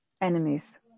enemies